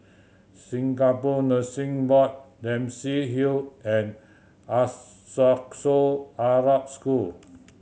Singapore Nursing Board Dempsey Hill and Arab School